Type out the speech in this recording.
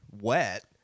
wet